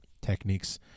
techniques